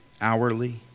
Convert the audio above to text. hourly